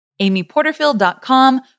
amyporterfield.com